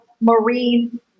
marine